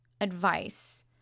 advice